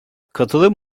katılım